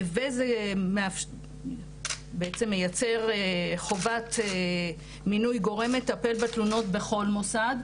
וזה בעצם מייצר חובת מינוי גורם מטפל בתלונות בכל מוסד.